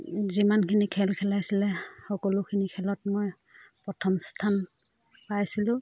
যিমানখিনি খেল খেলাইছিলে সকলোখিনি খেলত মই প্ৰথম স্থান পাইছিলোঁ